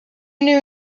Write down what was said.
knew